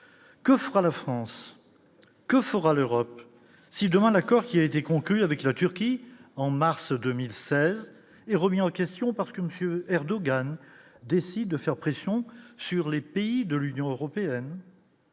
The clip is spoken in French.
que fera la France que fera l'Europe si demain l'accord qui a été conclu avec la Turquie, en mars 2016 et remis en question parce que Monsieur Erdogan décide de faire pression sur les pays de l'Union européenne,